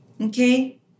Okay